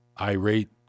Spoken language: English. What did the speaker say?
irate